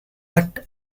but